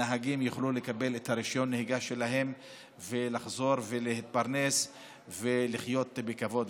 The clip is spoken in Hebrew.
יוכלו לקבל את רישיון הנהיגה שלהם ולחזור ולהתפרנס ולחיות בכבוד.